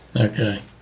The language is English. Okay